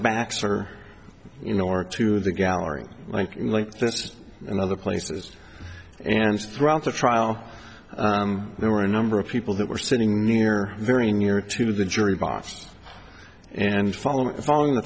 backs or you know or to the gallery like in like this and other places and throughout the trial there were a number of people that were sitting near very near to the jury box and following following the